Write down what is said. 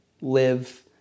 live